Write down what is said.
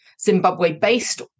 Zimbabwe-based